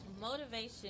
motivation